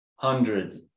hundreds